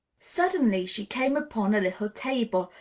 suddenly she came upon a little table,